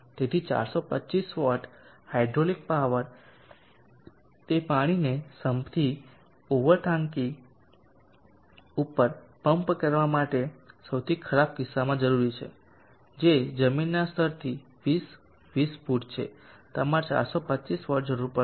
તેથી 425W hydraulic power તે પાણીને સમ્પથી ઓવર ટાંકી ઉપર પમ્પ કરવા માટે સૌથી ખરાબ કિસ્સામાં જરૂરી છે જે જમીનના સ્તરથી 20 20 ફુટ છે તમારે 425 W જરૂર પડશે